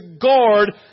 guard